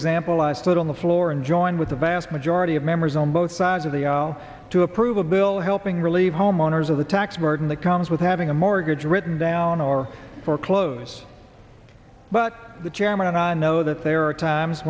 example i stood on the floor and joined with a vast majority of members on both to the aisle to approve a bill helping relieve homeowners of the tax burden that comes with having a mortgage written down or foreclose but the chairman and i know that there are times